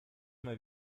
mal